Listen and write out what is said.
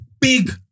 big